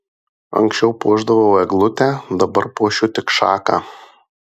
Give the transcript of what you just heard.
anksčiau puošdavau eglutę dabar puošiu tik šaką